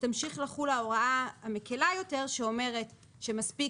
תמשיך לחול ההוראה המקלה יותר שאומרת שמספיק